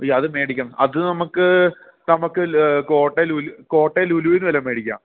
അയ്യോ അത് മേടിക്കാം അത് നമുക്ക് നമുക്ക് ല് കോട്ടയം ലുലു കോട്ടയം ലുലുവിൽ നിന്ന് വല്ലതും മേടിക്കാം